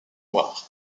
noir